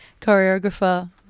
choreographer